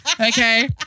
Okay